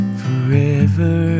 forever